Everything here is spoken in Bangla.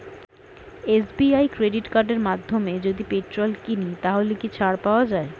এস.বি.আই ক্রেডিট কার্ডের মাধ্যমে যদি পেট্রোল কিনি তাহলে কি ছাড় পাওয়া যায়?